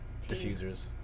diffusers